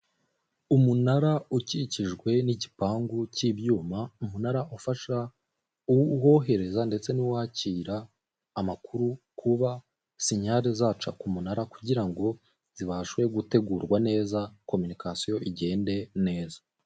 Umunara ukikijwe n'igipangu cy'ibyuma, umunara ufasha uwohereza ndetse n'uwakira amakuru kuba sinyare zaca ku munara kugira ngo zibashe gutegurwa neza, kominikasiyo igende neza.